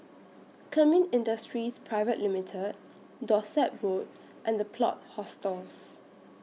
Kemin Industries Pte Limited Dorset Road and The Plot Hostels